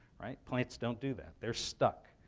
right? plants don't do that. they're stuck,